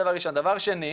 דבר שני,